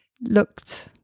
looked